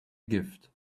gift